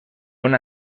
una